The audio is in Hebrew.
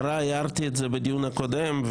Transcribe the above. הערתי את זה בדיון הקודם,